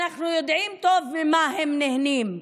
אנחנו יודעים טוב ממה הם נהנים.